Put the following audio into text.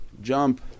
jump